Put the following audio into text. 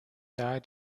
daher